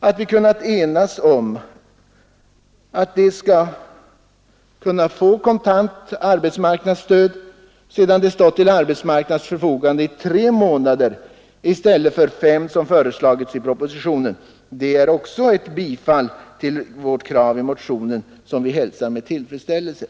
Att vi har kunnat enas om att de skall få kontant arbetsmarknadsstöd sedan de stått till arbetsmarknadens förfogande i tre månader i stället för fem månader, som föreslagits i propositionen, innebär också ett bifall till kravet i vår motion som vi hälsar med tillfredsställelse.